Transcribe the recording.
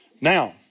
Now